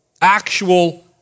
actual